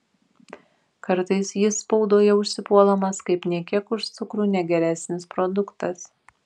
kartais jis spaudoje užsipuolamas kaip nė kiek už cukrų negeresnis produktas